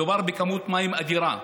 מדובר בכמות מים אדירה,